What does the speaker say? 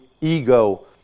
ego